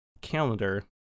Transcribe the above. calendar